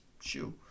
shoe